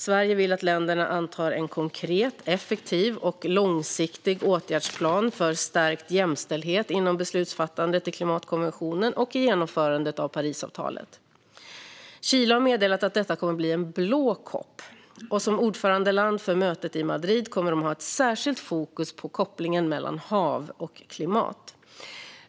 Sverige vill att länderna antar en konkret, effektiv och långsiktig åtgärdsplan för stärkt jämställdhet inom beslutsfattandet i klimatkonventionen och i genomförandet av Parisavtalet. Chile har meddelat att detta kommer att bli en "blå COP", och som ordförandeland för mötet i Madrid kommer de att ha ett särskilt fokus på kopplingen mellan hav och klimat.